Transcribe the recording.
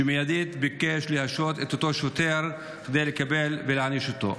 שמיידית ביקש להשעות את אותו שוטר כדי להעניש אותו.